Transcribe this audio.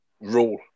rule